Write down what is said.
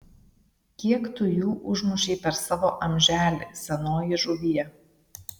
kiek tu jų užmušei per savo amželį senoji žuvie